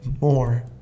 more